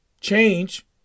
Change